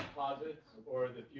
posits or the